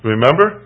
Remember